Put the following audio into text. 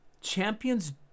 Champions